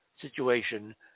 situation